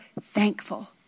thankful